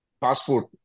passport